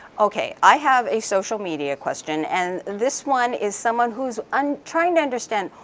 okay, i have a social media question. and this one is someone who's um trying to understand,